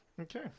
Okay